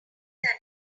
than